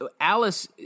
Alice